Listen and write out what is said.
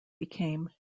became